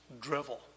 drivel